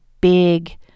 big